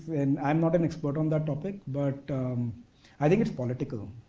and i'm not an expert on that topic, but i think it's political.